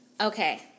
Okay